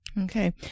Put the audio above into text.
Okay